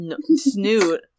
snoot